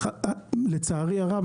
לצערי הרב,